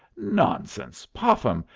nonsense! popham,